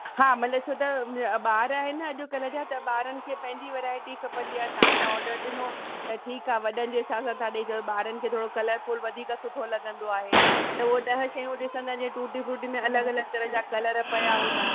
हा मतलबु छो त ॿार आहिनि अॼुकल्ह जा त ॿारनि खे पंहिंजी वैरायटी खपंदी आहे तव्हां त ऑडर ॾिनो त ठीकु आहे वॾनि जे हिसाब सां तव्हां ॾेई छॾियो ॿारनि खे थोरो कलरफ़ुल वधीक सुठो लॻंदो आहे त उहो ॾह शयूं ॾिसंदा जीअं टूटी फ़्रूटी में अलॻि अलॻि तरह जा कलर पिया हूंदा